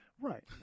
Right